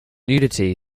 nudity